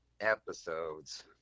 episodes